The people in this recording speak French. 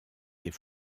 des